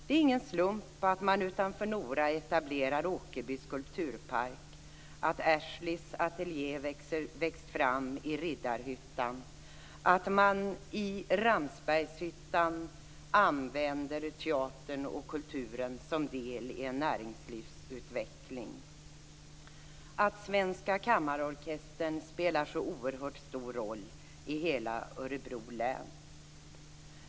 Det är ingen slump att man utanför Nora etablerar Åkerby skulpturpark, att Ashleys ateljé växt fram i Riddarhyttan, att man i Ramsbergshyttan använder teatern och kulturen som del i en näringslivsutveckling eller att Svenska Kammarorkestern spelar en så oerhört stor roll i hela Örebro län.